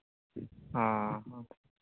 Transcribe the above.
ᱦᱮᱸ ᱦᱮᱸ